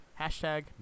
Hashtag